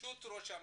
בראשות ראש הממשלה,